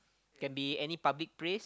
can be any public place